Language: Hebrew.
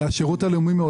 לשירות הלאומי,